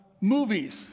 Movies